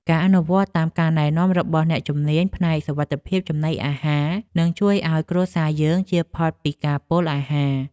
ការអនុវត្តតាមការណែនាំរបស់អ្នកជំនាញផ្នែកសុវត្ថិភាពចំណីអាហារនឹងជួយឱ្យគ្រួសារយើងជៀសផុតពីការពុលអាហារ។